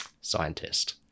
scientist